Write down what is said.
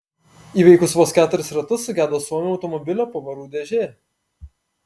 įveikus vos keturis ratus sugedo suomio automobilio pavarų dėžė